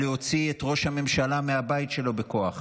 להוציא את ראש הממשלה מהבית שלו בכוח,